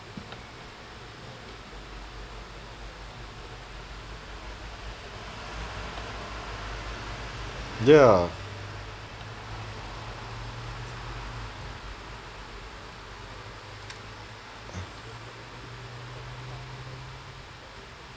ya